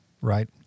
Right